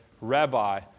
Rabbi